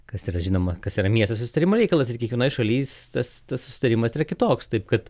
kas yra žinoma kas yra miestas susitarimo reikalas ir kiekvienoj šaly tas susitarimas yra kitoks taip kad